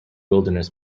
wilderness